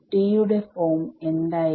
T യുടെ form എന്തായിരുന്നു